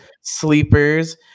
sleepers